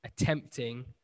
attempting